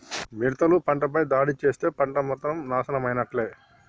మిడతలు పంటపై దాడి చేస్తే పంట మొత్తం నాశనమైనట్టే